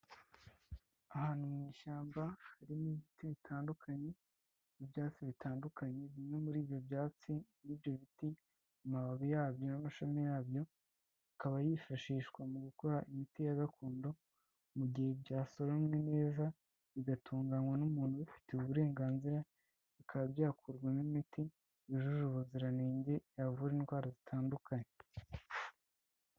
Ahantu mu ishyamba harimo ibiti bitandukanye n'ibyatsi bitandukanye, bimwe muri ibyo byatsi n'ibyo biti amababi yabyo n'amashami yabyo, akaba yifashishwa mu gukora imiti ya gakondo mu gihe byasorowe neza bigatunganywa n'umuntu ubifitiye uburenganzira, bikaba byakurwamo imiti yujuje ubuziranenge yavura indwara zitandukanye.